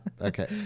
okay